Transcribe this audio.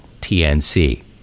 TNC